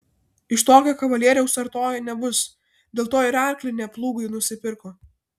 iš tokio kavalieriaus artojo nebus dėl to ir arklį ne plūgui nusipirko